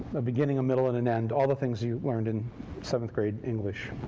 a beginning, a middle, and an end, all the things you learned in seventh grade english.